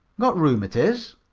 got rheumatiz?